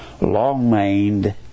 long-maned